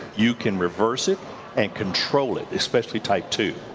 you can reverse it and control it, especially type two.